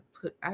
put